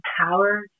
empowered